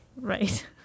Right